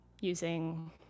using